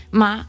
ma